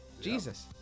Jesus